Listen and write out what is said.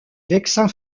vexin